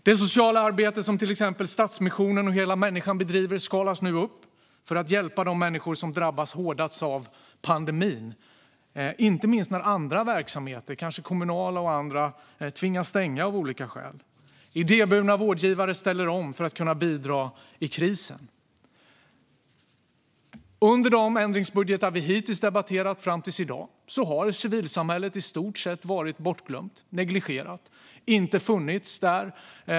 Det sociala arbete som till exempel Stadsmissionen och Hela Människan bedriver skalas nu upp för att hjälpa de människor som drabbas hårdast av pandemin, inte minst när andra verksamheter, kommunala och andra, tvingas stänga av olika skäl. Idéburna vårdgivare ställer om för att kunna bidra i krisen. I de ändringsbudgetar vi hittills debatterat fram till i dag har civilsamhället i stort sett varit bortglömt, negligerat, inte funnits där.